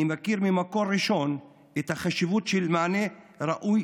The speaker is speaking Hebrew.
אני מכיר ממקור ראשון את החשיבות של מענה ראוי